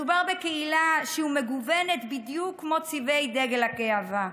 מדובר בקהילה מגוונת בדיוק כמו צבעי דגל הגאווה.